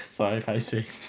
that's why paiseh